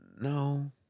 No